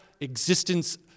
existence